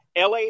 LA